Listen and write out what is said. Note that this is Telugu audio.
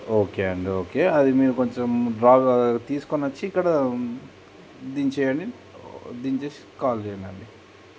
ఓకే అండి ఓకే అది మీరు కొంచెం డ్రా తీసుకొని వచ్చి ఇక్కడ దించేయండి దించేసి కాల్ చేయండి